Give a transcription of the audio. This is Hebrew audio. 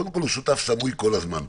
קודם כול, הוא שותף סמוי כל הזמן פה.